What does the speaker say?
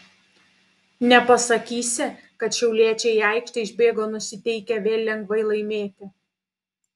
nepasakysi kad šiauliečiai į aikštę išbėgo nusiteikę vėl lengvai laimėti